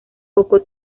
poco